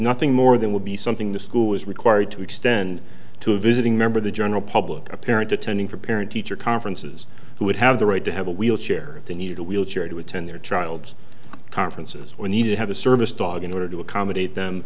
nothing more than would be something the school is required to extend to a visiting member of the general public a parent attending for parent teacher conferences who would have the right to have a wheelchair if they needed a wheelchair to attend their child's conferences or need to have a service dog in order to accommodate them